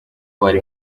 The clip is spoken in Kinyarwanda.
kubara